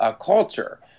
culture